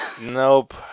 Nope